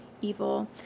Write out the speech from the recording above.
evil